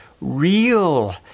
Real